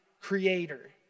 creator